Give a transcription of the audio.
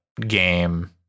game